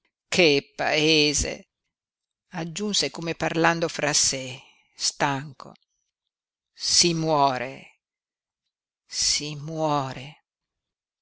che paese aggiunse come parlando fra sé stanco si muore si muore